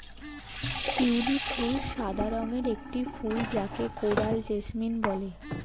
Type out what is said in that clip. শিউলি ফুল সাদা রঙের একটি ফুল যাকে কোরাল জেসমিন বলে